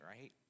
right